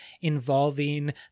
involving